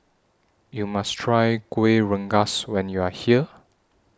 YOU must Try Kueh Rengas when YOU Are here